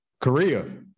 Korea